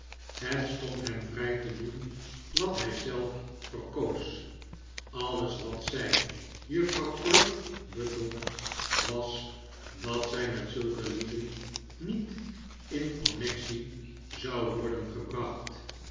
het stond hem vrij te doen wat hij zelf verkoos alles wat zij juffrouw crupp bedong was dat zij met zulke lieden niet in konneksie zou worden gebracht